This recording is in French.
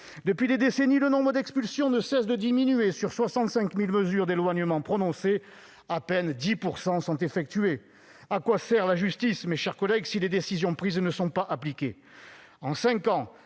Depuis des décennies, le nombre d'expulsions ne cesse de diminuer. Sur 65 000 mesures d'éloignement prononcées, à peine 10 % sont effectuées. À quoi sert la justice, mes chers collègues, si les décisions prises ne sont pas appliquées ?